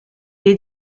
est